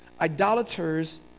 idolaters